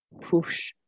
push